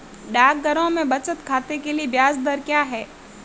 डाकघरों में बचत खाते के लिए ब्याज दर क्या है?